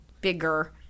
bigger